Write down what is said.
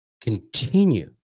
continue